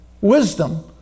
wisdom